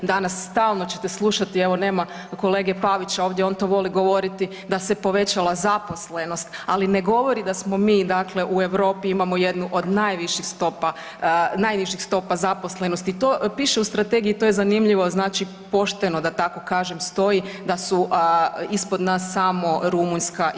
Danas stalno ćete slušati, evo nema kolege Pavića, ovdje on to voli govoriti, da se povećala zaposlenost ali ne govori da smo mi dakle u Europi, imamo jednu od najnižih stopa zaposlenosti i to piše u strategiji, to je zanimljivo, znači pošteno da tako kažem stoji, da su ispod nas samo Rumunjska i